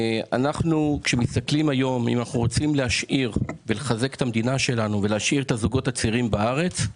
אם אנחנו רוצים ולחזק את המדינה שלנו ולהשאיר את הזוגות הצעירים בארץ,